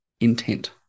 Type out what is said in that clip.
intent